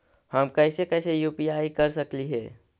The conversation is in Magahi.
हम कैसे कैसे यु.पी.आई कर सकली हे?